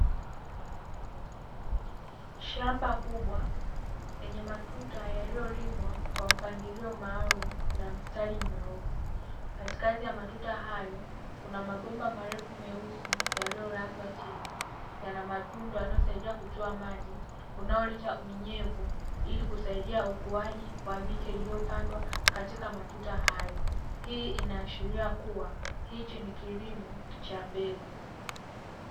Shamba kubwa lenye matuta yaliyolimwa kwa mpangilio maalumu na mstari mnyoofu; katikati ya matuta hayo kuna mabomba marefu meusi yaliyolazwa chini; yana matundu yanayosaidia kutoa maji unaoleta unyevu ili kusaidia ukuaji wa miche iliyopandwa katika matuta hayo. Hii inaashiria kuwa hichi ni kilimo cha mbegu.